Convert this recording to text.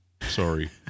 sorry